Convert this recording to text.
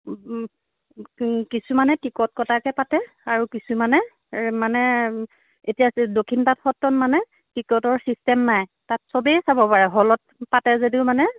কিছুমানে টিকট কটাকৈ পাতে আৰু কিছুমানে মানে এতিয়া যে দক্ষিণপাট সত্ৰত মানে টিকটৰ চিষ্টেম নাই তাত চবেই চাব পাৰে হ'লত পাতে যদিও মানে